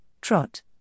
trot